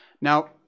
Now